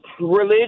religion